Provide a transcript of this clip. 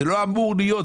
זה לא אמור להיות,